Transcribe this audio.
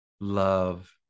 love